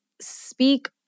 speak